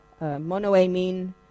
monoamine